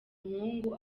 muhungu